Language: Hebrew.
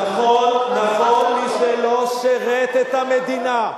נכון, נכון, מי שלא שירת את המדינה,